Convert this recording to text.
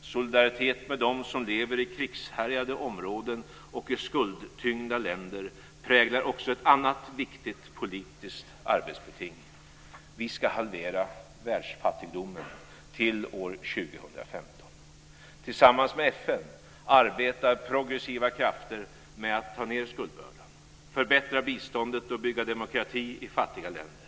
solidaritet med dem som lever i krigshärjade områden och i skuldtyngda länder präglar också ett annat viktigt politiskt arbetsbeting: Vi ska halvera världsfattigdomen till år 2015. Tillsammans med FN arbetar progressiva krafter med att ta ned skuldbördan, förbättra biståndet och bygga demokrati i fattiga länder.